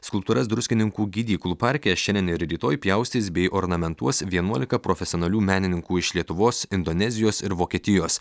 skulptūras druskininkų gydyklų parke šiandien ir rytoj pjaustys bei ornamentuos vienuolika profesionalių menininkų iš lietuvos indonezijos ir vokietijos